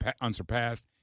unsurpassed